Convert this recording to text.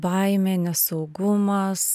baimė nesaugumas